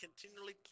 continually